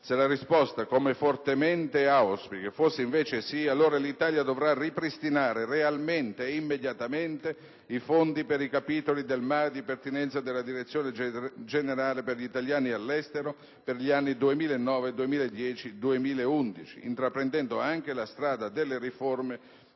Se la risposta, come fortemente auspico, fosse invece sì, allora l'Italia dovrà ripristinare realmente e immediatamente i fondi per i capitoli del MAE di pertinenza della Direzione generale per gli italiani all'estero per gli anni 2009, 2010 e 2011, intraprendendo anche la strada delle riforme,